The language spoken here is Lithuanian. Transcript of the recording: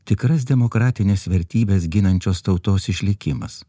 tikras demokratines vertybes ginančios tautos išlikimas